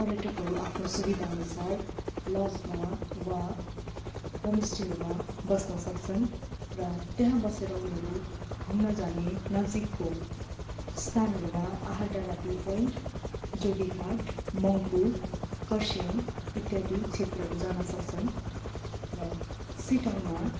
पर्यटकहरू आफ्नो सुविधा अनुसार लजमा वा होम स्टेहरूमा बस्न सक्छन् र त्यहाँ बसेर उनीहरू घुम्न जाने नजिकको स्थानहरूमा आहाल डाँडा भ्यु पोइन्ट जोगी घाट मङ्पु कर्सियङ इत्यादि क्षेत्रहरू जान सक्छन् र सिटोङमा